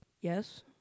Yes